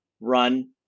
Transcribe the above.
run